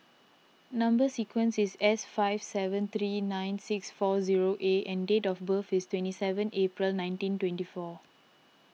Number Sequence is S five seven three nine six four zero A and date of birth is twenty seven April nineteen twenty four